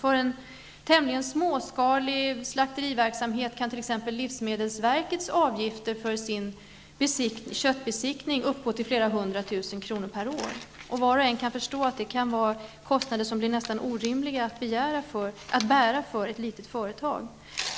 I en tämligen småskalig slakteriverksamhet kan t.ex. livsmedelsverkets avgifter för köttbesiktning uppgå till flera hundratusen kronor per år. Var och en kan förstå att sådana kostnader kan bli nästan orimliga att bära för ett litet företag.